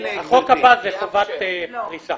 החוק הבא זה חובת פריסה.